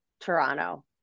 Toronto